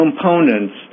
components